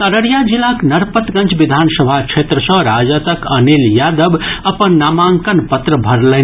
अररिया जिलाक नरपतगंज विधानसभा क्षेत्र सँ राजदक अनिल यादव अपन नामांकन पत्र भरलनि